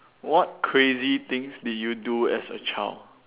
what crazy things did you do as a child